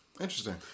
Interesting